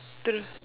true